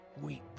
Weep